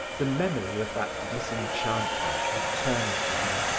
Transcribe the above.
the memory of that disenchantment returned to him.